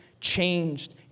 changed